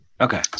Okay